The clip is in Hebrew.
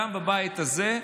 גם בבית הזה,